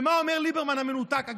ומה אומר ליברמן המנותק?